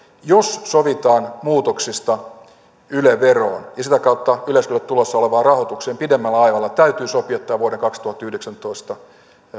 jos sovitaan muutoksista yle veroon ja sitä kautta yleisradiolle tulossa olevaan rahoitukseen pidemmällä ajalla täytyy sopia tämä vuoden kaksituhattayhdeksäntoista